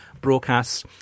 broadcasts